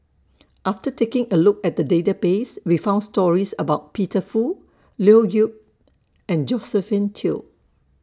after taking A Look At The Database We found stories about Peter Fu Leo Yip and Josephine Teo